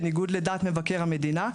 בניגוד לדעת מבקר המדינה.